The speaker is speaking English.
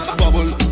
bubble